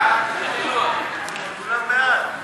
את הצעת חוק מבקר המדינה (תיקון,